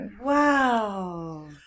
Wow